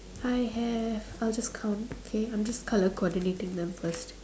I have I'll just count okay I'm just colour coordinating them first